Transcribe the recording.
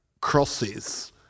crosses